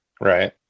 Right